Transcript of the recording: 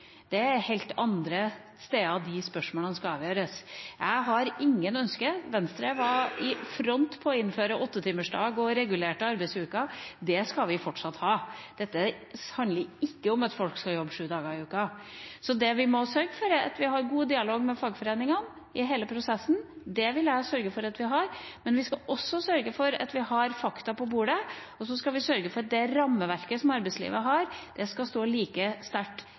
helt andre steder de spørsmålene skal avgjøres. Jeg har ikke noe ønske om det. Venstre var i front med å innføre 8-timersdag og regulerte arbeidsuker. Det skal vi fortsatt ha. Dette handler ikke om at folk skal jobbe sju dager i uka. Det vi må sørge for, er at vi har god dialog med fagforeningene i hele prosessen. Det vil jeg sørge for at vi har. Men vi skal også sørge for at vi har fakta på bordet, og så skal vi sørge for at det rammeverket som arbeidslivet har, skal stå like sterkt